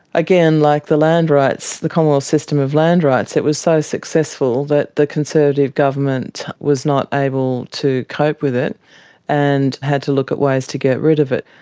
again, like the land rights, the commonwealth system of land rights, it was so successful that the conservative government was not able to cope with it and had to look at ways to get rid of it.